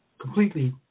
completely